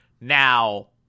Now